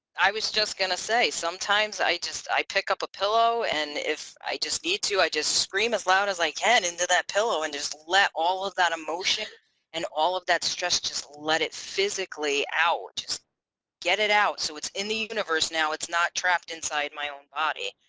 i was just gonna say sometimes i just i pick up a pillow and if i just need to i just scream as loud as i can into that pillow and just let all of that emotion and all of that stress just let it physically out just get it out so it's in the universe now it's not trapped inside my own body.